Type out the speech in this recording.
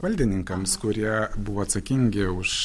valdininkams kurie buvo atsakingi už